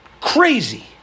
Crazy